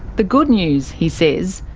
the good news, he says,